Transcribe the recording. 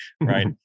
right